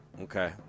Okay